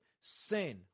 sin